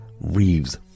Reeves